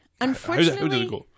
Unfortunately